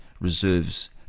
reserves